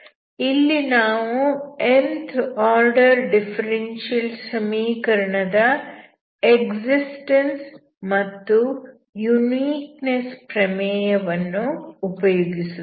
ಇಲ್ಲಿ ನಾವು nth order differential ಸಮೀಕರಣ ದ ಎಕ್ಸಿಸ್ಟೆನ್ಸ್ ಮತ್ತು ಯೂನಿಕ್ ನೆಸ್ ಪ್ರಮೇಯ ವನ್ನು ಉಪಯೋಗಿಸುತ್ತೇವೆ